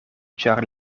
ĉar